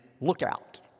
lookout